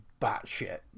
batshit